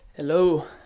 Hello